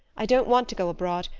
i don't want to go abroad.